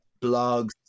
blogs